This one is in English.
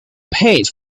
paint